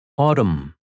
Autumn